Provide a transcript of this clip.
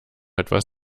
etwas